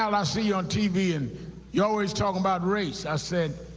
i see you on tv and you're always talking about race. i said,